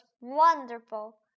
wonderful